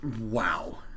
Wow